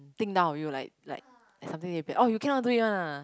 think down of you like like something it will be oh you cannot do it lah